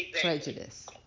prejudice